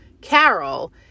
Carol